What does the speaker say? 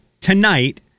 tonight